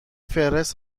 فهرست